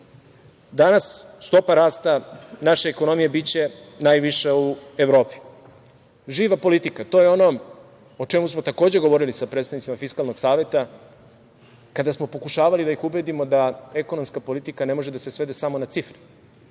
danas stopa rasta naše ekonomije biće najviša u Evropi. Živa politika. To je ono o čemu smo takođe govorili sa predstavnicima Fiskalnog saveta, kada smo pokušavali da ih ubedimo da ekonomska politika ne može da se svede samo na cifre,